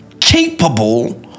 capable